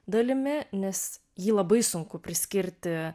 dalimi nes jį labai sunku priskirti